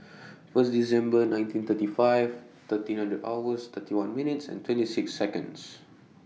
First December nineteen thirty five thirteen hundred hours thirty one minutes and twenty six Seconds